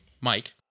Mike